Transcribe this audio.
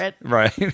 right